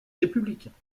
républicains